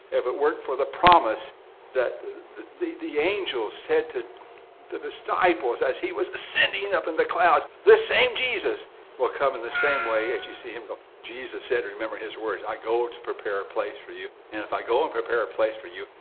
if it weren't for the promise that the the angel said to the disciples, as he was ascending up in the clouds, this same jesus will come in the same way as you see him go. jesus said, remember his words, i go to prepare a place for you. and if i go and prepare a place for you,